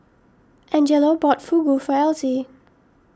Angelo bought Fugu for Elsie